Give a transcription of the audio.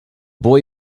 boy